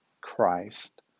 christ